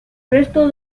resto